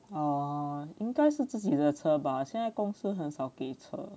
oh 应该是自己的车吧现在公司很少给车